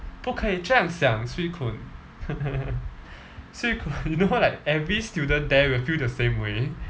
不可以讲这样 swee koon swee koon you know like every student there will feel the same way